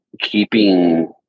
keeping